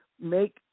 make